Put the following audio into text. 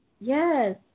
Yes